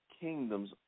kingdoms